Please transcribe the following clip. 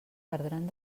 perdran